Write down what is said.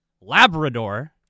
labrador